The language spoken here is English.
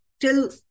till